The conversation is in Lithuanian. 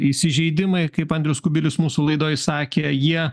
įsižeidimai kaip andrius kubilius mūsų laidoj sakė jie